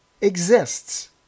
exists